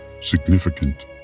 Significant